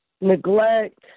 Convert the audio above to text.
neglect